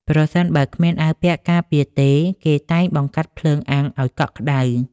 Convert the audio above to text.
ប្រសិនបើគ្មានអាវពាក់ការពារទេ គេតែងបង្កាត់ភ្លើងអាំងឲ្យកក់ក្ដៅ ។